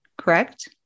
correct